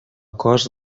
cos